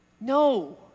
No